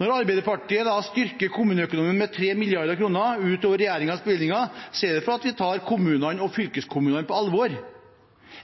Når Arbeiderpartiet da styrker kommuneøkonomien med 3 mrd. kr utover regjeringens bevilgninger, er det fordi vi tar kommunene og fylkeskommunene på alvor.